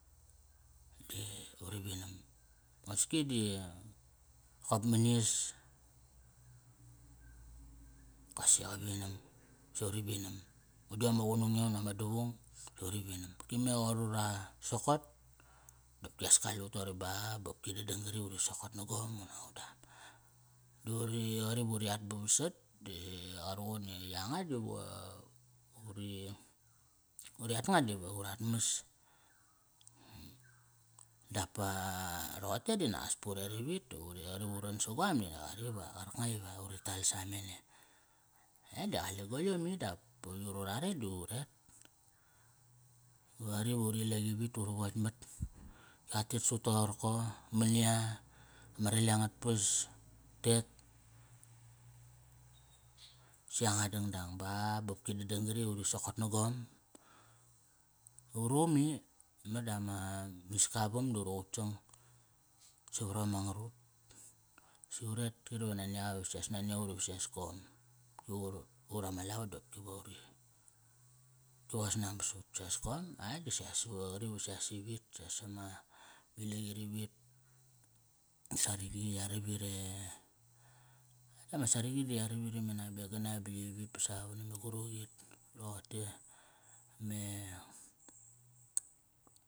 Di uri vinam. Mosngi di qop mani aas, kosi qa vinam, si uri vinam. Mudiom ma qunung yom unak ama davung, si uri vinam. Ki me qoir ura sokot, dopkias kalut toqori ba bopki dadang qari uri sokot na gom unak angudam. Da uri qari vuri at ba vasat, di qa ruqun i yanga diva uri, uri at nga diva urat mas. Dap pa roqote di naqas pa uret ivit, uri qari va uran sa goam di qari va qarkanga i uri tal samene. E di qale goyomi dap aiyut ut are di uret. Va qari va urilak ivit, uru votkmat, qa tet sa ut toqorko, mani a, ma rale angat pas. Utet si yanga a dangdang ba, ba qopki dadang qari uri sokot na gom. Uru am i, meda miska a vam da uri qutsang savarom angarut. Si uret, qari ve nani aqa i ves nani aut ives kom. Ut, ut ama lavo dopki va uri, ki va qa sanabat sa ut. Siqias kom? Eh di saqias u, qari va saqias ivit. Siqias ama, milaqit ivit va saragi yaravit e, i ama saragi di yaravit ime Nabegana ba yivit pa savone me Guruqi roqote me.